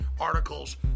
articles